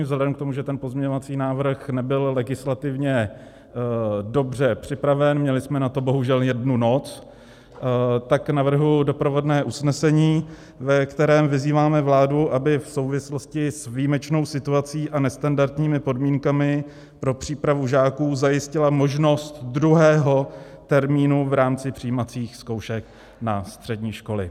Vzhledem k tomu, že pozměňovací návrh nebyl legislativně dobře připraven, měli jsme na to bohužel jednu noc, tak navrhuji doprovodné usnesení, ve kterém vyzýváme vládu, aby v souvislosti s výjimečnou situací a nestandardními podmínkami pro přípravu žáků zajistila možnost druhého termínu v rámci přijímacích zkoušek na střední školy.